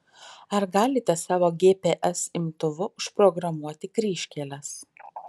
ar galite savo gps imtuvu užprogramuoti kryžkeles